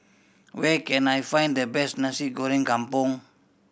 where can I find the best Nasi Goreng Kampung